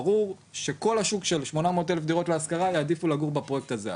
ברור שכל השוק של 800,000 דירות להשכרה יעדיפו לגור בפרויקט הזה,